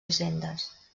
hisendes